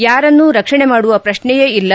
ಯಾರನ್ನೂ ರಕ್ಷಣೆ ಮಾಡುವ ಪ್ರಶ್ನೆಯೇ ಇಲ್ಲ